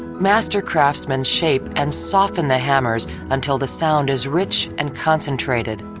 master craftsmen shape and soften the hammers until the sound is rich and concentrated.